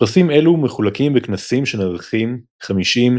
פרסים אלו מחולקים בכנסים שנערכים 50,